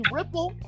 Ripple